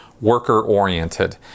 worker-oriented